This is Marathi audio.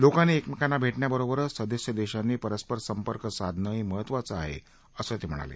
लोकांनी एकमेकांना भेटण्याबरोबरच सदस्य देशांनी परस्पर संपर्क राखणंही महत्त्वाचं आहे असं ते म्हणाले